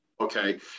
okay